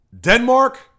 Denmark